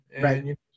Right